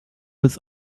was